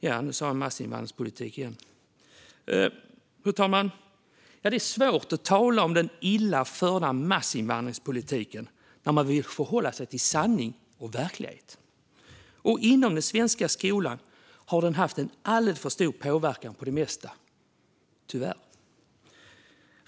Ja, nu sa jag massinvandringspolitik igen. Fru talman! Det är svårt att undvika att tala om den illa förda massinvandringspolitiken när man vill förhålla sig till sanning och verklighet. Inom den svenska skolan har den tyvärr haft en alldeles för stor påverkan på det mesta.